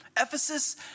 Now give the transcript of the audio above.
Ephesus